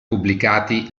pubblicati